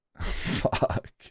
Fuck